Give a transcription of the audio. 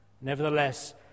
Nevertheless